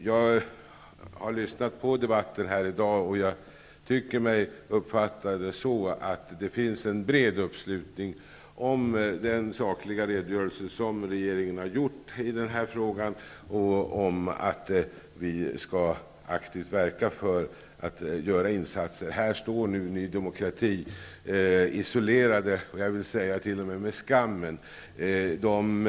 Jag har lyssnat på debatten här i dag och tycker mig finna en bred uppslutning kring den sakliga redogörelse som regeringen har avlämnat i den här frågan, där man säger att vi aktivt skall verka för insatser. Här står ni i Ny demokrati isolerade -- ja, t.o.m. med skammen, skulle jag vilja säga.